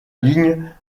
ligne